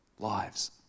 lives